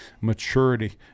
maturity